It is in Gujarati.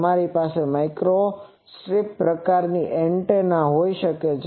તમારી પાસે માઇક્રોસ્ટ્રીપ પ્રકારની એન્ટેના હોઈ શકે છે